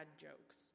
jokes